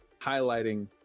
highlighting